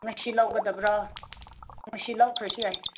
ꯉꯁꯤ ꯂꯧꯒꯗꯕ꯭ꯔꯣ ꯉꯁꯤ ꯂꯧꯈ꯭ꯔꯁꯨ ꯌꯥꯏ